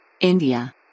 India